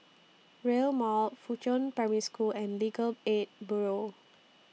Rail Mall Fuchun Primary School and Legal Aid Bureau